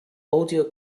audio